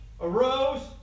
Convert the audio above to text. arose